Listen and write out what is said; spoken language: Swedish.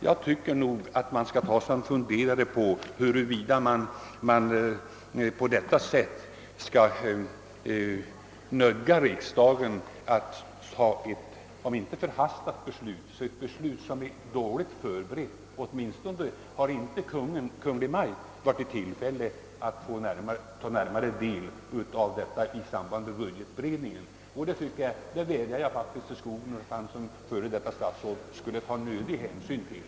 Jag tycker inte att man nu skall nödga riksdagen att fatta, om inte ett förhastat, så dock ett dåligt förberett beslut. Kungl. Maj:t har inte varit i tillfälle att ta närmare del av denna fråga i samband med budgetberedningen och jag vädjar till herr Skoglund att han som före detta statsråd tar hänsyn härtill.